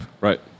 Right